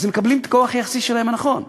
והם מקבלים את הכוח היחסי הנכון שלהם.